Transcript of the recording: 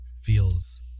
feels